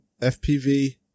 FPV